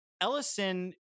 Ellison